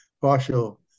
partial